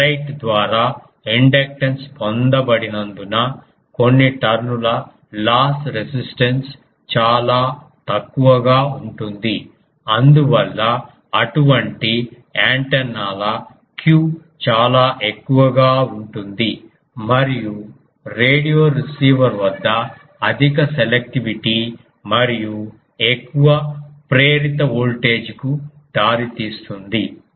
ferrite ద్వారా inductance పొందబడినందున కొన్ని టర్న్ ల లాస్ రెసిస్టెన్స్ చాలా తక్కువగా ఉంటుంది అందువల్ల అటువంటి యాంటెన్నాల Q చాలా ఎక్కువగా ఉంటుంది మరియు రేడియో రిసీవర్ వద్ద అధిక సెలెక్టివిటీ మరియు ఎక్కువ ప్రేరిత వోల్టేజ్కు దారితీస్తుంది